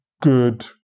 good